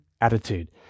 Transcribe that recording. attitude